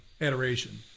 Adoration